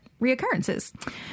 reoccurrences